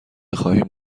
خواهیم